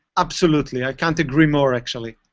absolutely. i can't agree more, actually.